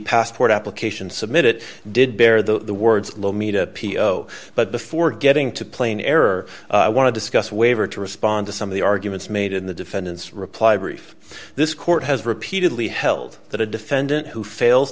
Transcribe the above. passport application submit it did bear the words lomita p o but before getting to play an error i want to discuss waiver to respond to some of the arguments made in the defendant's reply brief this court has repeatedly held that a defendant who fails